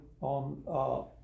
on